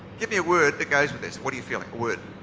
give me a word that goes with this. what are you feeling, a word?